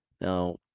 Now